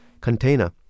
container